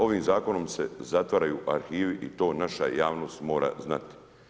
Ovim Zakonom se zatvaraju arhivi i to naša javnost mora znati.